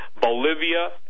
Bolivia